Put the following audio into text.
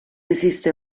esiste